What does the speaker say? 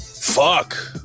Fuck